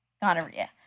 gonorrhea